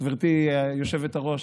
גברתי היושבת-ראש,